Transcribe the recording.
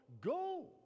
Go